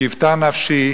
קִותה נפשי